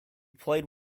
played